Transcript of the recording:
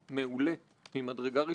ועדת החקירה הזו,